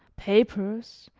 papers,